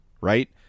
right